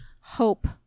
hope